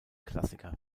klassiker